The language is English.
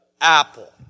Apple